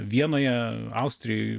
vienoje austrijoj